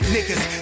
Niggas